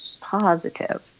Positive